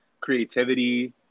creativity